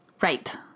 Right